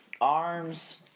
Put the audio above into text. Arms